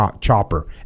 chopper